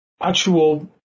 actual